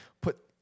put